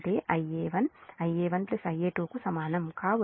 అంటే Ia1 Ia Ia1 Ia2 కు సమానం